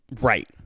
right